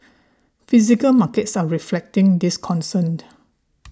physical markets are reflecting this concern